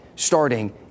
starting